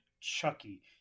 Chucky